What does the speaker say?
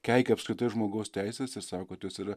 keikia apskritai žmogaus teises ir sako kad jos yra